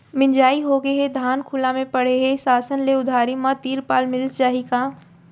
मिंजाई होगे हे, धान खुला म परे हे, शासन ले उधारी म तिरपाल मिलिस जाही का?